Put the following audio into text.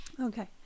Okay